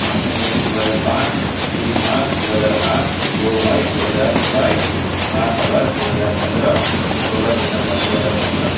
पांच जनवरी दो हज़ार पाँच तीन मार्च दो हज़ार आठ दो मई दो हज़ार बाईस आठ अगस्त दो हज़ार पंद्रह सोलह दिसंबर दो हज़ार सत्रह